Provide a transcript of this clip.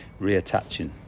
reattaching